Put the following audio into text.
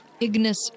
Ignis